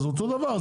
אז אותו הדבר.